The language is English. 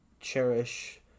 cherish